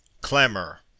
Clamor